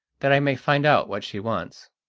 that i may find out what she wants.